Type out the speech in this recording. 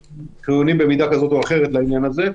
חיוניים במידה כזאת או אחרת לעניין הזה.